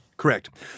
Correct